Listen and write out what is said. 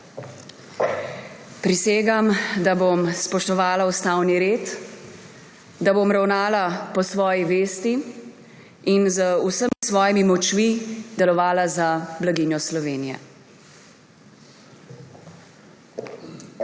Prisegam, da bom spoštoval ustavni red, da bom ravnal po svoji vesti in z vsemi svojimi močmi deloval za blaginjo Slovenije.